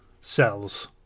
cells